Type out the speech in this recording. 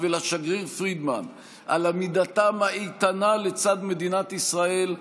ולשגריר פרידמן על עמידתם האיתנה לצד מדינת ישראל,